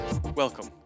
Welcome